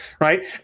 right